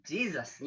Jesus